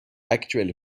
actuel